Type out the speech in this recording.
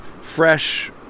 fresh